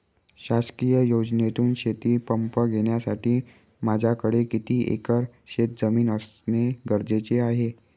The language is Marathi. शासकीय योजनेतून शेतीपंप घेण्यासाठी माझ्याकडे किती एकर शेतजमीन असणे गरजेचे आहे?